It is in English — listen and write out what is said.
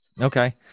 Okay